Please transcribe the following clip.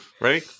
Ready